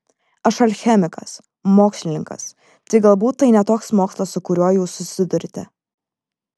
aš alchemikas mokslininkas tik galbūt tai ne toks mokslas su kuriuo jūs susiduriate